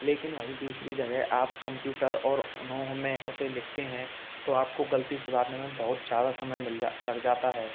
लेकिन वहीं दूसरी जगह आप कम्यूटर और उनोह में उसे लिखते हैं तो आपको गलती सुधारने में बहुत ज़्यादा समय मिल लग जाता है